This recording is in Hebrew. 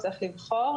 צריך לבחור,